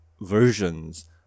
versions